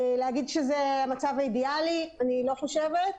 להגיד שזה המצב האידיאלי אני לא חושבת,